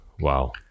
Wow